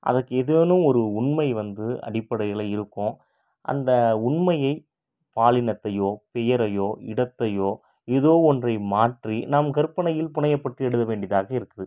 அதற்கு ஏதேனும் ஒரு உண்மை வந்து அடிப்படையில் இருக்கும் அந்த உண்மையை பாலினத்தையோ பெயரையோ இடத்தையோ ஏதோ ஒன்றை மாற்றி நம் கற்பனையில் புனையப்பட்டு எழுத வேண்டியதாக இருக்குது